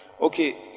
Okay